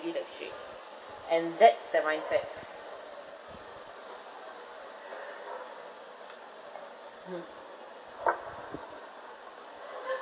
you like shit and that's their mindset mmhmm